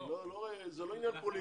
זה לא עניין פוליטי.